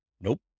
Nope